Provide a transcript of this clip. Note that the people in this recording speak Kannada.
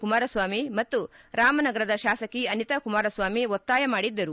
ಕುಮಾರಸ್ವಾಮಿ ಮತ್ತು ರಾಮನಗರದ ಶಾಸಕಿ ಅನಿತಾ ಕುಮಾರಸ್ವಾಮಿ ಒತ್ತಾಯ ಮಾಡಿದ್ದರು